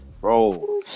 bro